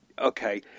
Okay